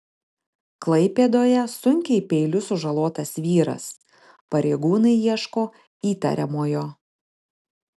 klaipėdoje sunkiai peiliu sužalotas vyras pareigūnai ieško įtariamojo